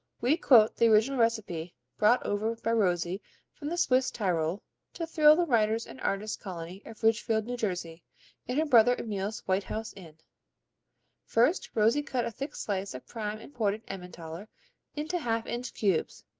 we quote the original recipe brought over by rosie from the swiss tyrol to thrill the writers' and artists' colony of ridgefield, new jersey, in her brother emil's white house inn first rosie cut a thick slice of prime imported emmentaler into half-inch cubes.